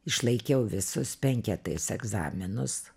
išlaikiau visus penketais egzaminus